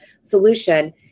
solution